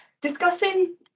discussing